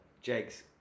Jake's